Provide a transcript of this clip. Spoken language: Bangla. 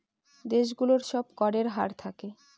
দেশ গুলোর সব করের হার থাকে